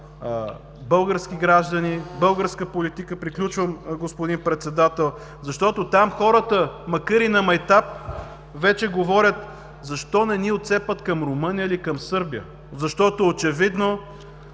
български граждани, българска политика, приключвам господин Председател, защото там хората, макар и на майтап, вече говорят: защо не ни отцепят към Румъния или Сърбия? Защото очевидно,